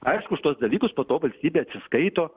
aišku už tuos dalykus po to valstybė atsiskaito